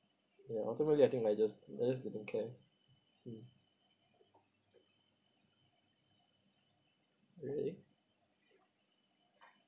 ya ultimately I think I just I just didn't care mm really